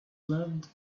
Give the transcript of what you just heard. loved